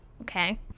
Okay